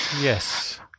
Yes